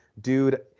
dude